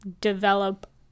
develop